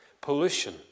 pollution